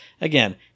Again